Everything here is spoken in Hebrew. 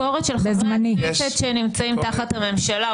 ביקורת של חברי כנסת שנמצאים תחת הממשלה,